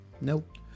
Nope